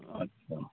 अच्छा